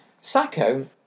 Sacco